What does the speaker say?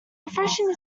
refreshing